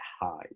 high